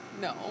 No